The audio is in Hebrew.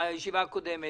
כן, מסכימים.